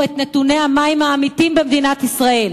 את נתוני המים האמיתיים במדינת ישראל,